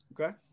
Okay